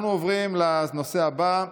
אנחנו עוברים לנושא הבא,